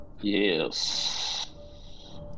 Yes